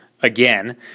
again